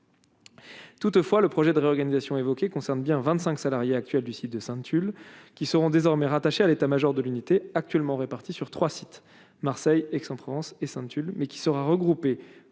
toutefois, le projet de réorganisation concerne bien 25 salariés actuels du site de Sainte-Tulle qui seront désormais rattachés à l'État-Major de l'unité actuellement répartis sur 3 sites : Marseille, Aix-en-Provence et Sainte-Tulle mais qui sera regroupée